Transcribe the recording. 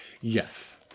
Yes